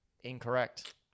Incorrect